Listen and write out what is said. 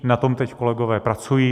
Na tom teď kolegové pracují.